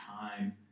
time